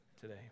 today